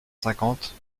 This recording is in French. cinquante